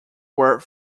were